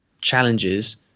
challenges